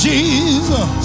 Jesus